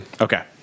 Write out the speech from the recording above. okay